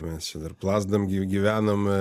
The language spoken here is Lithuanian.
mes čia dar plazdam gy gyvename